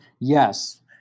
yes